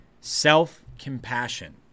self-compassion